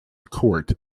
court